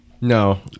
No